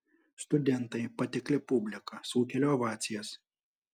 studentai patikli publika sukelia ovacijas